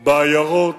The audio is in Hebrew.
בעיירות,